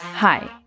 Hi